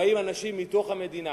שבאים אנשים מתוך המדינה